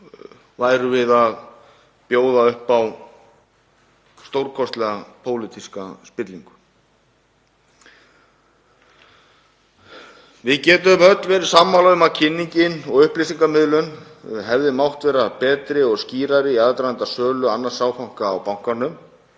værum við að bjóða upp á stórkostlega pólitíska spillingu. Við getum öll verið sammála um að kynningin og upplýsingamiðlun hefði mátt vera betri og skýrari í aðdraganda sölu annars áfanga á bankanum.